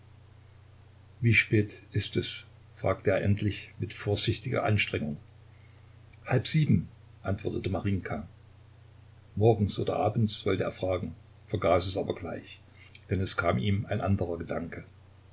wie spät ist es fragte er endlich mit vorsichtiger anstrengung halb sieben antwortete marinjka morgens oder abends wollte er fragen vergaß es aber gleich denn es kam ihm ein anderer gedanke